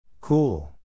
Cool